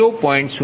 0008Pg22 લઇશુ